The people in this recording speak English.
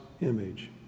image